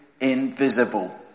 invisible